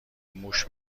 موش